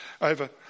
over